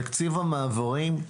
תקציב המעברים,